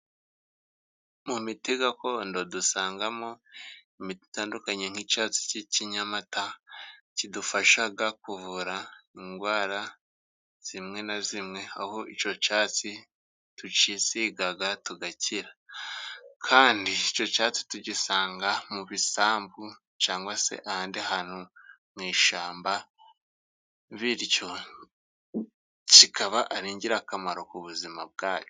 Mu miti gakondo dusangamo imiti indukanye, nk'icyatsi cy'ikinyamata, kidufashaga kuvura indwara zimwe na zimwe, aho icyo cyatsi tucyisiga tugakira. Kandi icyo cyatsi tugisanga mu bisambu cyangwa se ahandi hantu mu ishyamba, bityo kikaba ari ingirakamaro ku buzima bwacu.